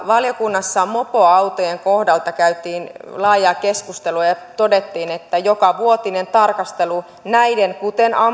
valiokunnassa mopoautojen kohdalta käytiin laajaa keskustelua ja todettiin että jokavuotinen tarkastelu näiden kuten